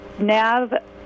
NAV